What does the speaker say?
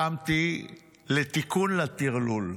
קמתי לתיקון לטרלול.